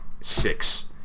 six